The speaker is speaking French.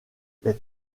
les